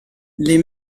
les